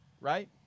right